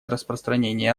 распространение